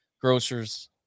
grocers